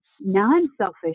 non-selfish